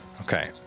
Okay